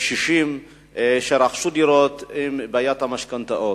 לקשישים שרכשו דירות, בבעיית המשכנתאות.